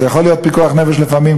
זה יכול להיות פיקוח נפש לפעמים,